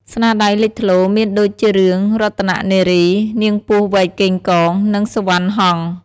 ស្នាដៃលេចធ្លោមានដូចជារឿង រតន៍នារី នាងពស់វែកកេងកង និង សុវណ្ណហង្ស។